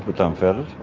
dumbfounded. a